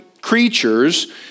creatures